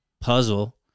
puzzle